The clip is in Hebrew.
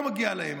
לא מגיע להם,